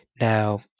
Now